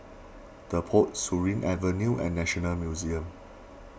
the Pod Surin Avenue and National Museum